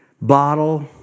bottle